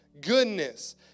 goodness